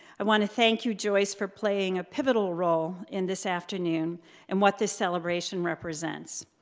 i want to thank you, joyce, for playing a pivotal role in this afternoon and what this celebration represents.